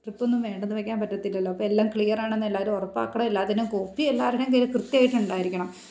ട്രിപ്പൊന്നും വേണ്ടെന്നു വെയ്ക്കാൻ പറ്റത്തില്ലല്ലോ അപ്പം എല്ലാം ക്ലിയർ ആണെന്ന് എല്ലാവരും ഉറപ്പാക്കണം എല്ലാത്തിൻ്റേയും കോപ്പി എല്ലാവരുടേയും കയ്യിൽ കൃത്യമായിട്ടുണ്ടായിരിക്കണം